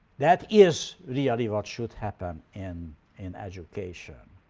that is really what should happen in and education.